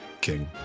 king